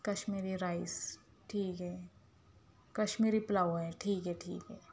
Kashmiri rice ٹھیک ہے کشمیری پلاؤ ہے ٹھیک ہے ٹھیک ہے